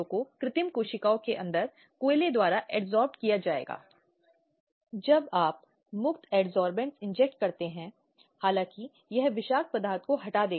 और मैंने कहा यह एक अंतरराष्ट्रीय समस्या है यह केवल भारत के लिए विशेष रूप से समस्या नहीं है